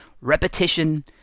Repetition